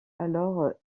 alors